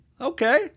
Okay